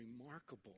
remarkable